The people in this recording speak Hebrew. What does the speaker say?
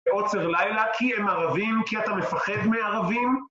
ועוצר לילה כי הם ערבים, כי אתה מפחד מערבים.